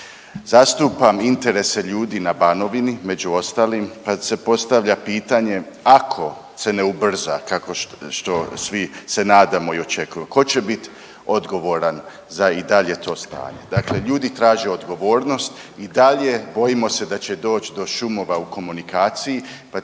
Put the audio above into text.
Zastupam interese ljudi na Banovini, među ostalim, pa se postavlja pitanje, ako se ne ubrza, kako što svi se nadamo i očekujemo, tko će biti odgovoran za i dalje to stanje? Dakle, ljudi traže odgovornost i dalje, bojimo se da će doći do šumova u komunikaciji pa